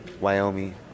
Wyoming